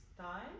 time